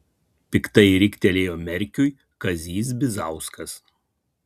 piktai riktelėjo merkiui kazys bizauskas